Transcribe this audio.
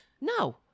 No